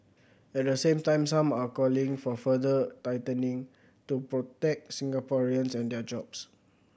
at the same time some are calling for further tightening to protect Singaporeans and their jobs